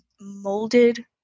molded